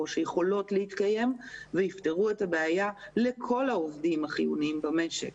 שיכולות להתקיים ויפתרו את הבעיה לכל העובדים החיוניים במשק.